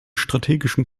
strategischen